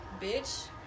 bitch